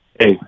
Hey